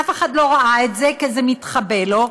אף אחד לא ראה את זה, כי זה מתחבא לו.